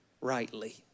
Rightly